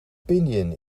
pinyin